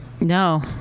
No